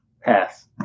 pass